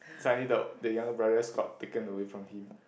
suddenly the the younger brothers got taken away from him